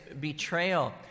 betrayal